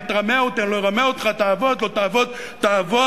אל תרמה אותי, אני לא ארמה אותך, תעבוד, לא לעבוד.